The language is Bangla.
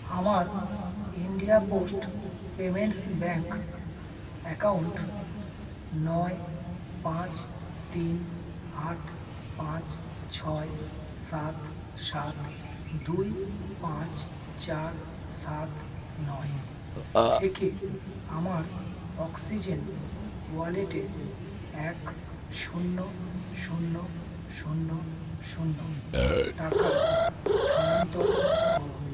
আমার India Post Payments Bank account নয় পাঁচ তিন আট পাঁচ ছয় সাত সাত দুই পাঁচ চার সাত নয় থেকে আমার অক্সিজেন ওয়ালেটে এক শূন্য শূন্য শূন্য শূন্য টাকা স্থানান্তর করুন